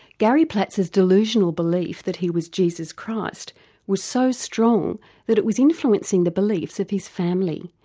gary platz's delusional belief that he was jesus christ was so strong that it was influencing the beliefs of his family,